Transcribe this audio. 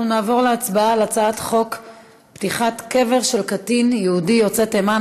אנחנו נעבור להצבעה על הצעת חוק פתיחת קבר של קטין יוצא תימן,